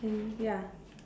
and ya